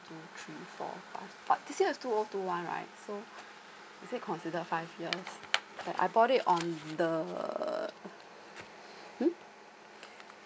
two three four five but this year is two O two one right so is it consider five years I I bought it on the mm